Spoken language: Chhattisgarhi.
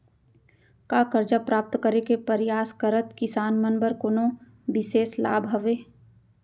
का करजा प्राप्त करे के परयास करत किसान मन बर कोनो बिशेष लाभ हवे?